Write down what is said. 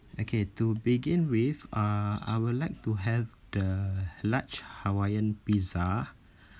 okay to begin with uh I would like to have the large hawaiian pizza